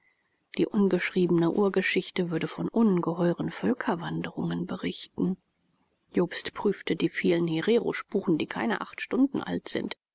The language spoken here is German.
die ungeschriebene urgeschichte würde von ungeheuren völkerwanderungen berichten jobst prüft die vielen hererospuren die keine acht stunden alt sind